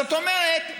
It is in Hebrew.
זאת אומרת,